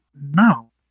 no